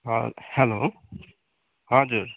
hello हजुर